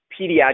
pediatric